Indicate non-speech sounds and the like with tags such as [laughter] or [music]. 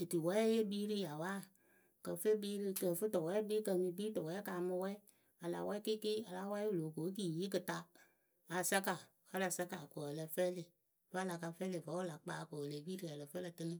[hesitation] otuwɛɛye e kpii rɨ yawayǝ. kɨ ǝfɨ e kpii rɨ kɨ ǝ fɨ tʊwɛɛ e kpii kɛ mɨ kpii tʊwɛɛ ka mɨ wɛ a la wɛɛ kɩɩkɩ a láa wɛɛ wɨ loh ko kiyi kɨta. a saka va la saka ko a la fɛlɩ vǝ́ a la ka fɛlɩ ko vǝ́ wɨ la kpaa ko e le piri ǝ lǝ fɨ ǝ lǝ tɨnɨ